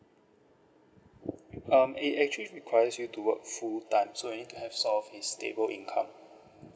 um it actually requires you to work full time so you need to have sort of a stable income